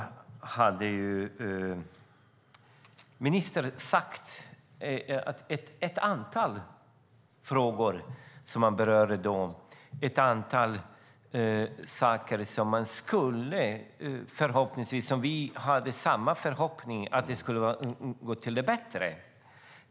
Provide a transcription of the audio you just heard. I ett antal frågor som ministern berörde då hade vi samma förhoppning: att de skulle gå mot det bättre.